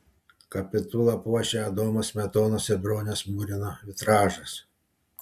kapitulą puošią adomo smetonos ir broniaus murino vitražas